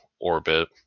orbit